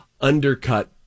undercut